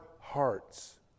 hearts